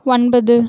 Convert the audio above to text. ஒன்பது